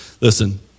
Listen